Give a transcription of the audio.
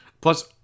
plus